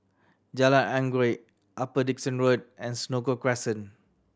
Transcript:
Jalan Anggerek Upper Dickson Road and Senoko Crescent